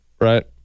Right